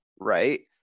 right